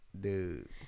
Dude